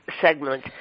segment